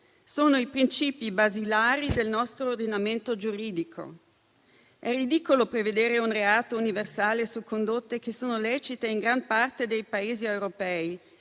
sono i princìpi basilari del nostro ordinamento giuridico. È ridicolo prevedere un reato universale su condotte che sono lecite in gran parte dei Paesi europei,